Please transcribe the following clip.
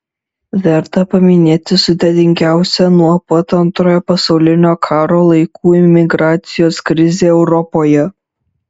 verta paminėti sudėtingiausią nuo pat antrojo pasaulinio karo laikų imigracijos krizę europoje